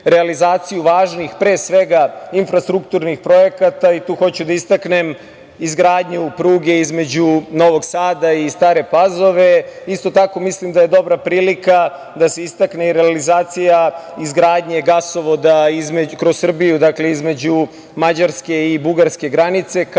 realizaciju važnih, pre svega infrastrukturnih projekata i tu hoću da istaknem izgradnju pruge između Novog Sada i Stare Pazove. Isto tako, mislim da je dobra prilika da se istakne i realizacija izgradnje gasovoda kroz Srbiju, dakle, između Mađarke i Bugarske granice,